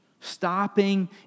Stopping